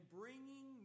bringing